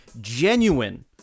genuine